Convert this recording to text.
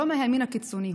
לא מהימין הקיצוני.